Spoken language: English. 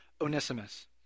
Onesimus